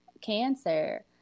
cancer